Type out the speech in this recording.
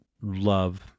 love